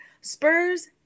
Spurs